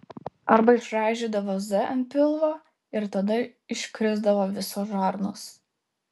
arba išraižydavo z ant pilvo ir tada iškrisdavo visos žarnos